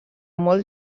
molt